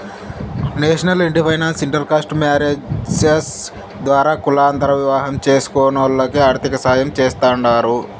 national ఇంటి finance inter caste marriages ద్వారా కులాంతర వివాహం చేస్కునోల్లకి ఆర్థికసాయం చేస్తాండారు